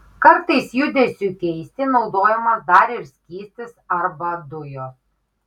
kartais judesiui keisti naudojamas dar ir skystis arba dujos